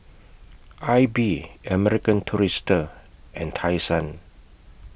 AIBI American Tourister and Tai Sun